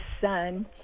son